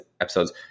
episodes